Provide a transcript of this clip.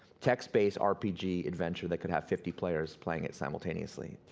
text-based rpg adventure that could have fifty players playing it simultaneously,